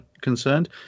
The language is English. concerned